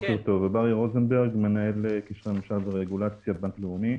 אני מנהל קשרי ממשל ורגולציה בבנק לאומי.